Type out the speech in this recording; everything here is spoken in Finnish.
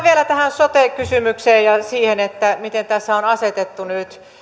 vielä tähän sote kysymykseen ja siihen miten tässä on asetettu nyt